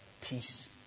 Peace